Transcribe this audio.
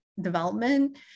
development